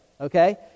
okay